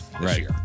Right